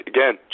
Again